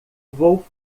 vou